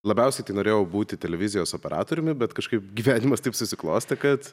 labiausiai tai norėjau būti televizijos operatoriumi bet kažkaip gyvenimas taip susiklostė kad